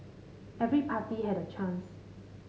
every party had a chance